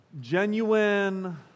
Genuine